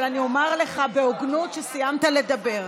אבל אני אומר לך בהוגנות שסיימת לדבר.